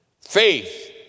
Faith